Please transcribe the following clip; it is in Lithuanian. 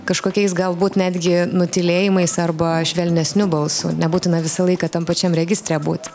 kažkokiais galbūt netgi nutylėjimais arba švelnesniu balsu nebūtina visą laiką tam pačiam registre būt